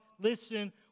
listen